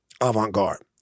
avant-garde